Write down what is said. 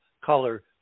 color